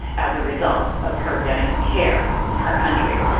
as a result of her getting care in her country.